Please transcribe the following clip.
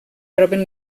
troben